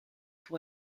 pour